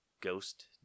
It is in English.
ghost